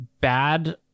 bad